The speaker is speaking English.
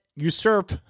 Usurp